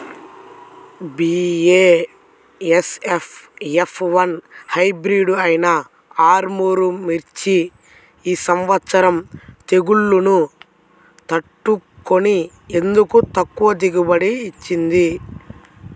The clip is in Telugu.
బీ.ఏ.ఎస్.ఎఫ్ ఎఫ్ వన్ హైబ్రిడ్ అయినా ఆర్ముర్ మిర్చి ఈ సంవత్సరం తెగుళ్లును తట్టుకొని ఎందుకు ఎక్కువ దిగుబడి ఇచ్చింది?